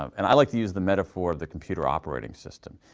and i like to use the metaphor of the computer operating system.